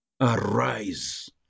arise